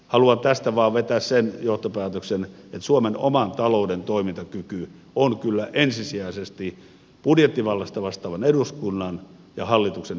haluan tästä vain vetää sen johtopäätöksen että suomen oman talouden toimintakyky on kyllä ensisijaisesti budjettivallasta vastaavan eduskunnan ja hallituksen yhdessä varmistettava